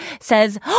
says